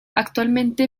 actualmente